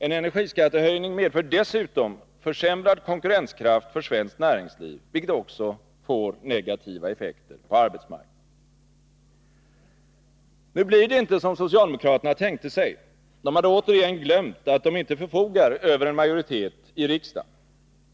En energiskattehöjning medför dessutom försämrad konkurrenskraft för svenskt näringsliv, vilket också får negativa effekter på arbetsmarknaden. Nu blir det inte som socialdemokraterna tänkte sig. De hade återigen glömt att de inte förfogar över en majoritet i riksdagen.